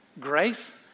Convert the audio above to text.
grace